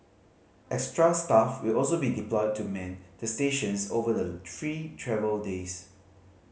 extra staff will also be deployed to man the stations over the free travel days